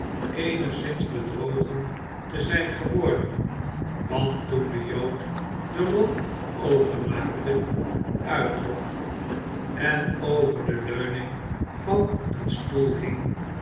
eenigszins bedrogen te zijn geworden want toen de jood den rok openmaakte uittrok en over de leuning van een stoel hing